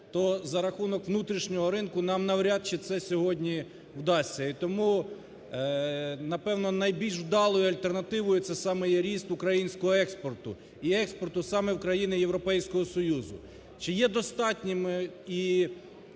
то за рахунок внутрішнього ринку нам навряд чи це сьогодні вдасться. І тому, напевно, найбільш вдалою альтернативою це саме є ріст українського експорту і експорту саме в країни Європейського Союзу. Чи є достатніми і